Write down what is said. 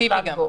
סובייקטיבי גם.